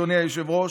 אדוני היושב-ראש,